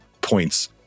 points